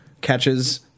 catches